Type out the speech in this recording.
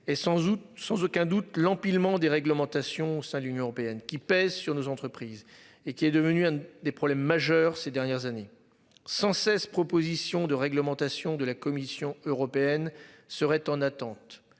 sans aucun doute l'empilement des réglementations ça. L'Union européenne qui pèsent sur nos entreprises et qui est devenu un des problèmes majeurs ces dernières années, 116 propositions de réglementation de la Commission européenne seraient en attente